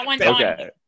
Okay